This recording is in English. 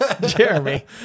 Jeremy